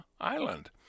Island